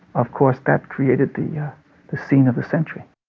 of course that created the yeah the scene of the century